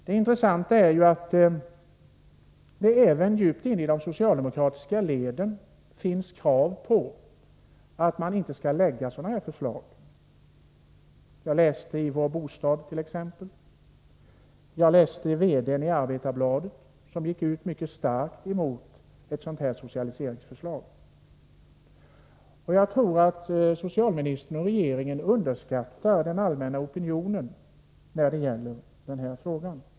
Det intressanta är att det även djupt inne i de socialdemokratiska leden finns krav på att inte framlägga sådana här förslag. Jag har läst det it.ex. Vår Bostad. Vidare har VD-n för Arbetarbladet mycket starkt gått ut emot ett sådant här socialiseringsförslag. Jag tror att socialministern och regeringen underskattar den allmänna opinionen i den här frågan.